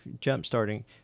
jump-starting